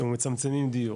מצמצמים דיור,